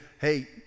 hey